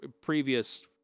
previous